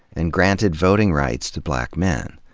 and granted voting rights to black men.